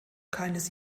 keines